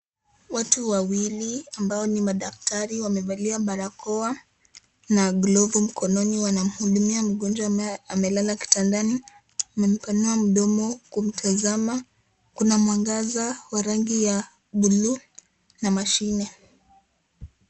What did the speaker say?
Watu wawili ambao ni madaktari wamevalia barakoa na glovu mkononi wanamhudumia mgonjwa ambaye amelala kitandani. Amepanua mdomo kumtazama, kuna mwangaza wa rangi ya blue na mashine.